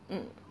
mm